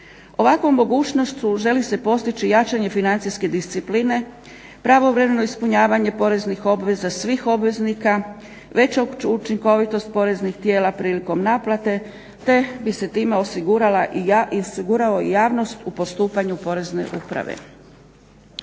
Ovakvom mogućnošću želi se postići jačanje financijske discipline, pravovremeno ispunjavanje poreznih obveza svih obveznika, veću učinkovitost poreznih tijela prilikom naplate, te bi se time osigurala i javnost u postupanju Porezne uprave.